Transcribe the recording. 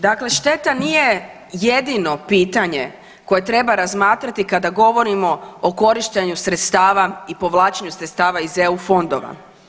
Dakle, šteta nije jedino pitanje koje treba razmatrati kada govorimo o korištenju sredstava i povlačenju sredstava iz EU fondova.